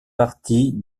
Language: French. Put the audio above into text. partie